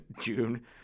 June